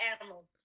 animals